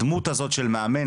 הדמות הזאת של מאמן,